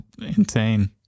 insane